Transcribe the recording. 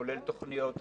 כולל תוכניות הסעות,